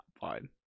Fine